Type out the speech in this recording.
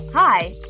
Hi